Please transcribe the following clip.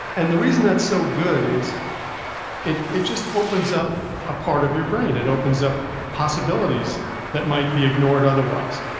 and the reason that's so good is it it just opens up a part of your brain. it opens up possibilities that might be ignored otherwise.